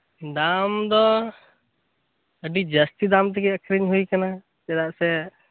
ᱫᱟᱢ ᱫᱚ ᱟᱹᱰᱤ ᱡᱟᱹᱥᱛᱤ ᱫᱟᱢ ᱛᱮᱜᱮ ᱟᱠᱷᱨᱤᱧ ᱦᱩᱭ ᱠᱟᱱᱟ ᱪᱮᱫᱟᱜ ᱥᱮ